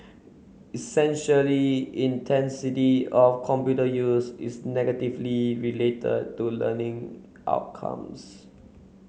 essentially intensity of computer use is negatively related to learning outcomes